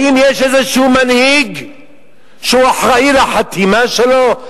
האם יש איזה מנהיג שהוא אחראי לחתימה שלו,